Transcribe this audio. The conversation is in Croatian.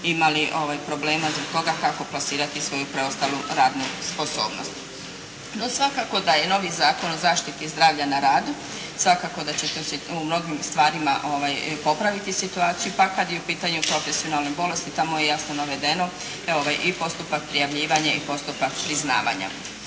imali problema zbog toga kako plasirati svoju preostalu radnu sposobnost. Svakako da je novi Zakon o zaštiti zdravlja na radu, svakako da će u mnogim stvarima popraviti situaciju, pa kad je u pitanju profesionalna bolest tamo je jasno navedeno i postupak prijavljivanja i postupak priznavanja.